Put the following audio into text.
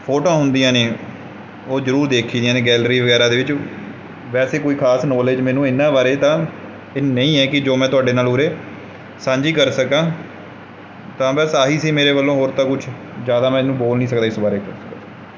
ਫੋਟੋਆਂ ਹੁੰਦੀਆਂ ਨੇ ਉਹ ਜ਼ਰੂਰ ਦੇਖੀ ਦੀਆਂ ਨੇ ਗੈਲਰੀ ਵਗੈਰਾ ਦੇ ਵਿੱਚ ਵੈਸੇ ਕੋਈ ਖਾਸ ਨੋਲੇਜ ਮੈਨੂੰ ਇਨ੍ਹਾਂ ਬਾਰੇ ਤਾਂ ਇਹ ਨਹੀਂ ਹੈ ਕਿ ਜੋ ਮੈਂ ਤੁਹਾਡੇ ਨਾਲ ਉਰੇ ਸਾਂਝੀ ਕਰ ਸਕਾਂ ਤਾਂ ਬਸ ਆਹੀ ਸੀ ਮੇਰੇ ਵੱਲੋਂ ਹੋਰ ਤਾਂ ਕੁਛ ਜ਼ਿਆਦਾ ਮੈਨੂੰ ਬੋਲ ਨਹੀਂ ਸਕਦਾ ਇਸ ਬਾਰੇ 'ਚ